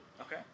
Okay